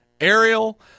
Ariel